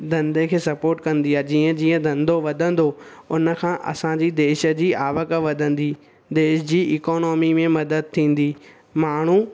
धंदे खे सपोट कंदी आहे जीअं जीअं धंधो वधंदो उन खां असांजी देश जी आवक वधंदी देश जी इकोनॉमी में मदद थींदी माण्हू